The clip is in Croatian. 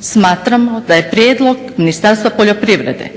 Smatramo da je prijedlog Ministarstva poljoprivrede